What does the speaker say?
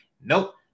nope